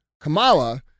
Kamala